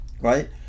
Right